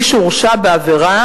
מי שהורשע בעבירה",